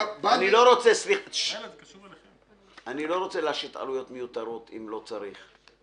אני לא רצה להשית עלויות מיותרות, אם לא צריך.